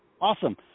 awesome